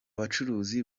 bacuruzi